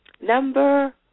Number